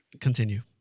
Continue